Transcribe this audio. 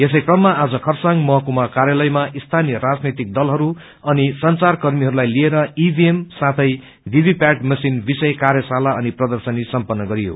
यसै सिलसिलामा आज खरसाङ महकुमा कार्यालयमा स्थानीय राजनैतिक दलहरू अनि संचार कर्मीहरूलई लिएर इभीएम अनि भीभी प्याट मशीन विषय कार्यशाला अनि प्रदर्शनी सम्पत्र गरियो